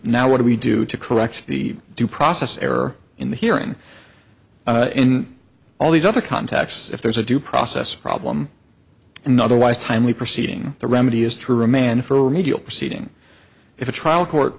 now what do we do to correct the due process error in the hearing in all these other contexts if there's a due process problem and otherwise timely proceeding the remedy is to remand for medial proceeding if a trial court